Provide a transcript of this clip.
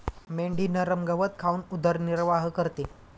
मेंढी नरम गवत खाऊन उदरनिर्वाह करते